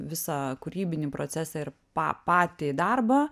visą kūrybinį procesą ir pa patį darbą